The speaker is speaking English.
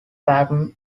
patten